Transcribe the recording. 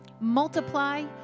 multiply